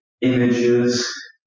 images